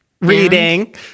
Reading